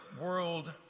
World